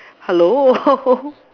hello